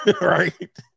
Right